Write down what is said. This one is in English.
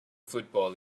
football